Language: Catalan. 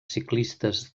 ciclistes